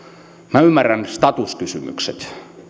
minä ymmärrän statuskysymykset